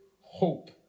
hope